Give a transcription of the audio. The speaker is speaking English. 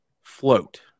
float